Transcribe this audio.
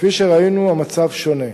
כפי שראינו, המצב שונה.